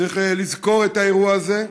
צריך לזכור את האירוע הזה,